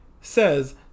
says